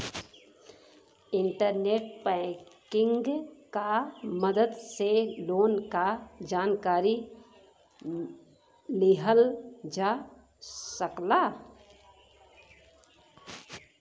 internet banking क मदद से लोन क जानकारी लिहल जा सकला